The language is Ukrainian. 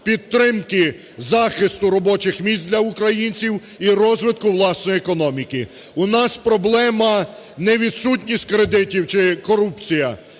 підтримки захисту робочих місць для українців і розвитку власної економіки. У нас проблема не відсутність кредитів чи корупція,